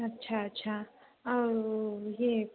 ଆଛା ଆଛା ଆଉ ଇଏ